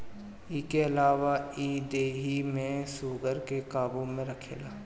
इके अलावा इ देहि में शुगर के काबू में रखेला